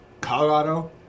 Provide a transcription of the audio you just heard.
Colorado